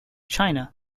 china